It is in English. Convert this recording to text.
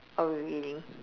oh really